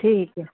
ठीक है